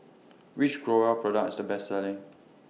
Which Growell Product IS The Best Selling